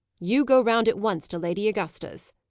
you go round at once to lady augusta's,